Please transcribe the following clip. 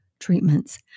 treatments